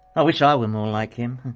i wish i were more like him,